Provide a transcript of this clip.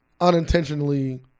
unintentionally